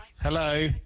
Hello